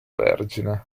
vergine